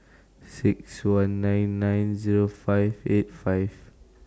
six one nine nine Zero five eight five